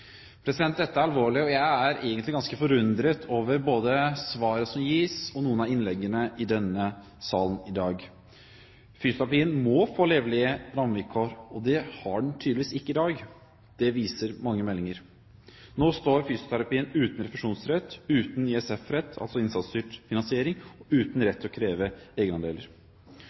Dette er alvorlig, og jeg er egentlig ganske forundret over både svaret som gis, og noen av innleggene i denne salen i dag. Fysioterapien må få levelige rammevilkår, og det har den tydeligvis ikke i dag, det viser mange meldinger. Nå står fysioterapien uten refusjonsrett, uten ISF-rett – altså rett til innsatsstyrt finansiering – og uten rett til å kreve egenandeler.